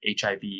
HIV